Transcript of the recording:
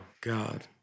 God